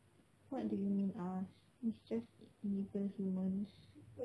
what do you mean us it's just evil humans